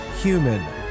human